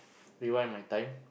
rewind my time